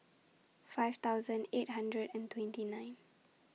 five thousand eight hundred and twenty nine